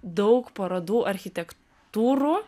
daug parodų architektūrų